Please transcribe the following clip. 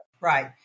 Right